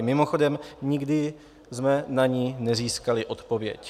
Mimochodem, nikdy jsme na ni nezískali odpověď.